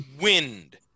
wind